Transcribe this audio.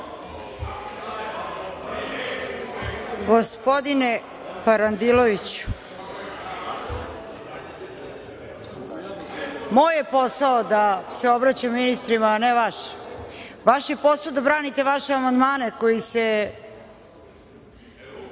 Gospodine Parandiloviću, moj je posao da se obraćam ministrima, a ne vaš. Vaš je posao da branite vaše amandmane koji se